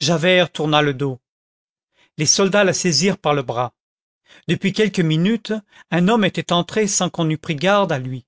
javert tourna le dos les soldats la saisirent par les bras depuis quelques minutes un homme était entré sans qu'on eût pris garde à lui